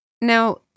Now